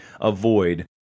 avoid